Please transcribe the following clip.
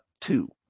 two